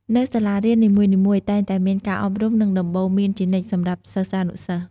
នៅសាលារៀននីមួយៗតែងតែមានការអប់រំនិងដំបូលន្មានជានិច្ចសម្រាប់សិស្សានុសិស្ស។